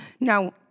Now